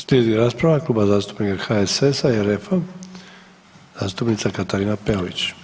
Slijedi rasprava Kluba zastupnika HSS-a i RF-a, zastupnica Katarina Peović.